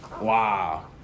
Wow